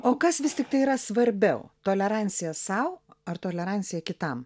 o kas vis tiktai yra svarbiau tolerancija sau ar tolerancija kitam